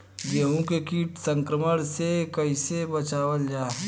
गेहूँ के कीट संक्रमण से कइसे बचावल जा?